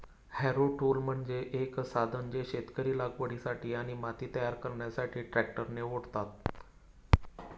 Harrow tool म्हणजे एक साधन जे शेतकरी लागवडीसाठी आणि माती तयार करण्यासाठी ट्रॅक्टरने ओढतात